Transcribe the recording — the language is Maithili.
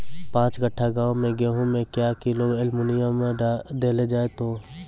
पाँच कट्ठा गांव मे गेहूँ मे क्या किलो एल्मुनियम देले जाय तो?